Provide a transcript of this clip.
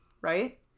right